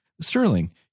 Sterling